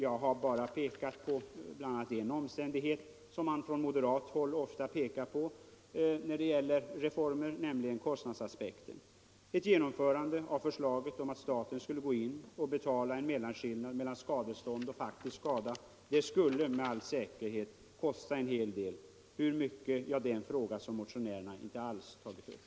Jag har bara pekat på bl.a. en omständighet, som man från moderat håll ofta för fram när det gäller reformer, nämligen kostnadsaspekten. Ett genomförande av förslaget att staten skulle gå in och betala skillnaden mellan skadestånd och faktisk skada skulle med all säkerhet kosta en hel del. Hur mycket är en fråga som motionärerna inte alls har tagit upp.